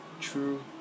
true